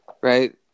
Right